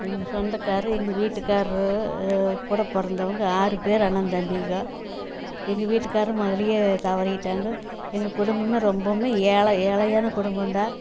எங்கள் சொந்தக்காரரு எங்கள் வீட்டுக்காரரு கூட பிறந்தவங்க ஆறு பேர் அண்ணன்தம்பிக எங்கள் வீட்டுக்காரரு முதலையே தவறிட்டாங்க எங்கள் குடும்பமே ரொம்பவுமே ஏழை ஏழையான குடும்போம்தான்